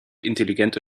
intelligente